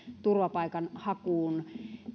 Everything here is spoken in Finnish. turvapaikanhakuun